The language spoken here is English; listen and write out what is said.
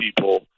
people